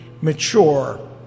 mature